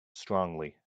strongly